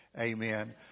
Amen